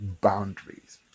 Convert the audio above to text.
boundaries